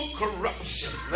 corruption